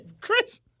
Chris